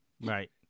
Right